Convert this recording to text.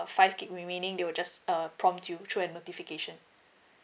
five gig remaining they will just err prompt you through a notification